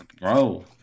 Bro